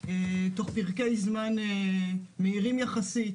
תוך פרקי זמן מהירים יחסית